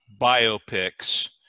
biopics